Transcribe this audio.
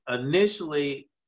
initially